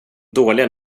dåliga